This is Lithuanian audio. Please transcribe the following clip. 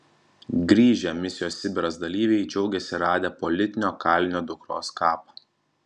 grįžę misijos sibiras dalyviai džiaugiasi radę politinio kalinio dukros kapą